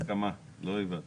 הסכמה, לא היוועצות.